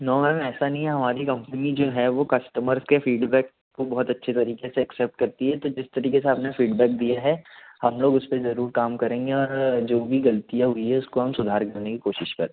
no ma'am ऐसा नहीं है हमारी कंपनी जो है वो कस्टमर के फ़ीडबैक को बहुत अच्छे तरीके से एक्सेप्ट करती है तो जिस तरीके से आपने फ़ीडबैक दिया है हम लोग उसपे ज़रूर काम करेंगे और जो भी गल्तियाँ हुई है उसको हम सुधार करने की कोशिश करेंगे